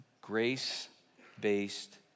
grace-based